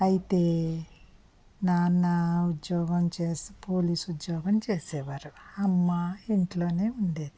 అయితే నాన్న ఉద్యోగం చేస్తూ పోలీసు ఉద్యోగం చేసేవారు అమ్మ ఇంట్లోనే ఉండేది